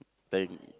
thank